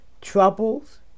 troubles